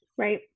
Right